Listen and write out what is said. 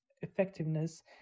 effectiveness